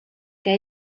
que